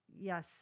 Yes